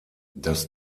das